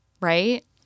right